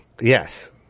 Yes